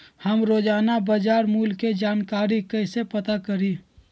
हम रोजाना बाजार मूल्य के जानकारी कईसे पता करी?